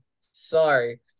Sorry